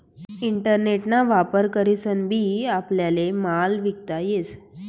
internet ना वापर करीसन बी आपल्याले माल विकता येस